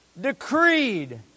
decreed